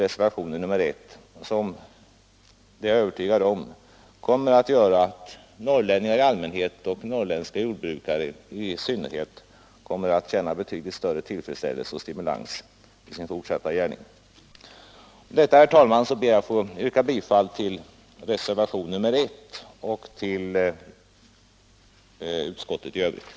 Jag är övertygad om att ett sådant bifall skall göra att norrlänningarna i allmänhet och norrländska jordbrukare i synnerhet kommer att känna betydligt större stimulans och tillfredsställelse i sin fortsatta gärning. Med detta, herr talman, ber jag att få yrka bifall till reservationen 1. I övrigt yrkar jag bifall till vad utskottet har hemställt.